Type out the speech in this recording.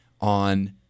on